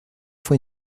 fue